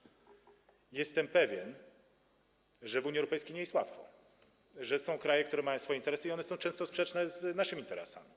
Jestem pewien, że w Unii Europejskiej nie jest łatwo, że są kraje, które mają swoje interesy i one są często sprzeczne z naszymi interesami.